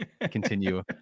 continue